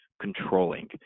controlling